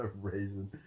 Raisin